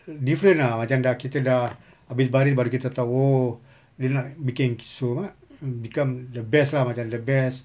different ah macam dah kita dah habis baris baru kita tahu oh dia nak bikin um become the best lah macam the best